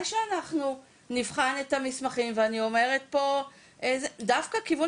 שאנחנו נבחן את המסמכים ואני אומרת פה שדווקא כיוון